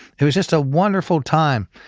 it was just a wonderful time.